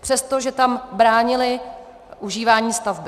Přestože tam bránili užívání stavby.